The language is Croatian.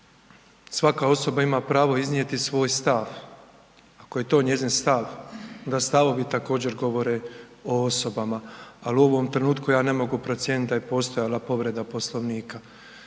svaka osoba ima pravo iznijeti svoj stav. Ako je to njezin stav, onda stavovi također, govore o osobama. Ali u ovom trenutku ja ne mogu procijeniti da je postojala povreda Poslovnika.